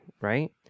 right